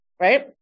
right